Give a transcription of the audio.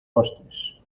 postres